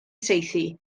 saethu